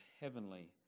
heavenly